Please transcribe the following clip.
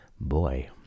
Boy